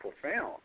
profound